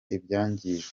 ibyangijwe